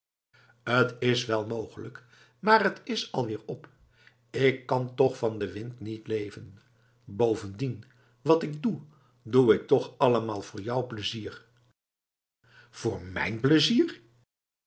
t is wel mogelijk maar t is alweer op ik kan toch van den wind niet leven bovendien wat ik doe doe ik toch allemaal voor jou pleizier voor mijn plezier